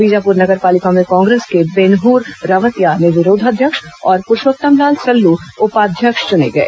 बीजापुर नगर पालिका में कांग्रेस के बेनहुर रावतिया निर्विरोध अध्यक्ष और पुरूषोत्तम सल्ल उपाध्यक्ष चुने गए